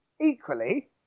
equally